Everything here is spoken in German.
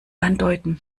andeuten